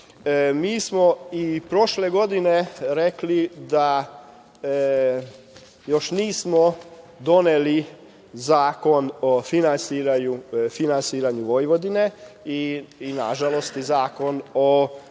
smo i prošle godine rekli da još nismo doneli zakon o finansiranju Vojvodine, nažalost i zakon o